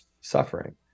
suffering